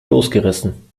losgerissen